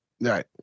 Right